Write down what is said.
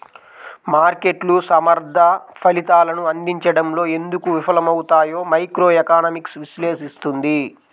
మార్కెట్లు సమర్థ ఫలితాలను అందించడంలో ఎందుకు విఫలమవుతాయో మైక్రోఎకనామిక్స్ విశ్లేషిస్తుంది